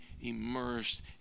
immersed